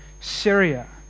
Syria